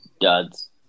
duds